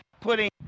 putting